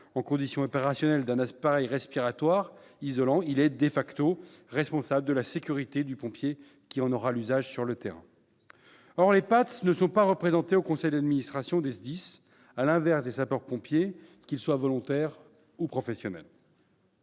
en condition opérationnelle d'un appareil respiratoire isolant est responsable de la sécurité du pompier qui en aura l'usage sur le terrain. Or les PATS ne sont pas représentés au conseil d'administration des SDIS, à l'inverse des sapeurs-pompiers, volontaires ou professionnels.